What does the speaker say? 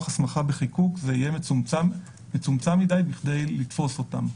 הסמכה וחיקוק זה יהיה מצומצם מדי כדי לתפוס אותם.